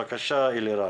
בבקשה, אלירן.